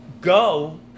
go